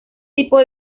tipo